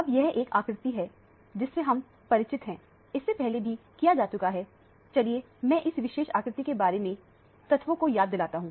अब यह एक आकृति है जिससे हम परिचित हैं इससे पहले भी किया जा चुका है चलिए मैं इस विशेष आकृति के बारे में तथ्यों को याद दिलाता हूं